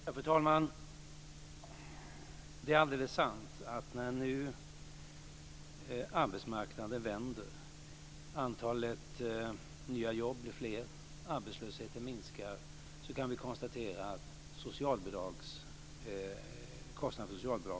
Fru talman! Det är alldeles sant att när nu arbetsmarknaden vänder, antalet nya jobb blir fler och arbetslösheten minskar blir också kostnaderna för socialbidragen lägre.